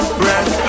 breath